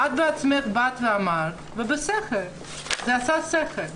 את בעצמך באת ואמרת, ובשכל, זה עשה שכל: